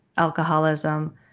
alcoholism